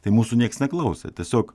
tai mūsų nieks neklausė tiesiog